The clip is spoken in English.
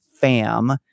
fam